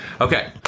Okay